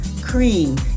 Cream